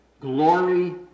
glory